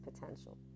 potential